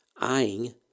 eyeing